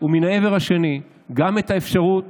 ומן העבר השני, גם את האפשרות